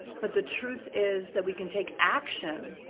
but the truth is that we can take action